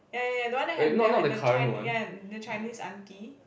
ya ya ya the one that had that had the Chin~ Chinese auntie